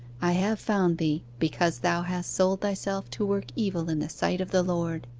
i have found thee because thou hast sold thyself to work evil in the sight of the lord